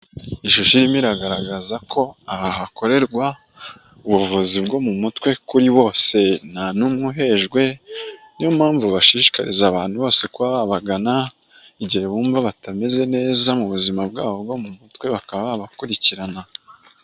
Ishusho irimo iragaragaza ko aha hakorerwa ubuvuzi bwo mu mutwe kuri bose nta n'umwe uhejwe, niyo mpamvu baba bashishikariza abantu bose kuba babagana igihe bumva batameze neza, mu buzima bwabo bwo mu mutwe bakaba bakurikirana.